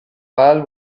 wahl